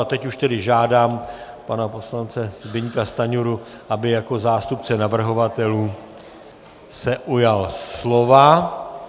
Teď už tedy žádám pana poslance Zbyňka Stanjuru, aby se jako zástupce navrhovatelů ujal slova.